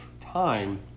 time